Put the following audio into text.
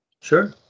Sure